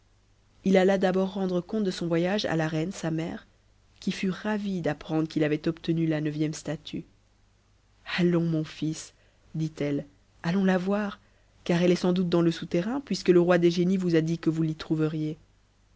il alla d'abord rendre compte de son voyage à la reine sa mère qui fut ravie d'apprendre qu'il avait obtenu la neuvième statue e allons mon fils dit-elle allons la voir car elle est sans doute dans le souterrain puisque le roi des génies vous a dit que vous l'y trouveriez